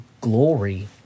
glory